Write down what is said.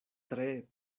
tre